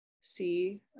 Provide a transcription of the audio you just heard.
see